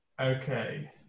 Okay